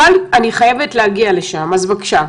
אבל אני חייבת להגיע לשם, אז בבקשה.